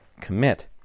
commit